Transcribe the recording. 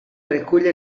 recull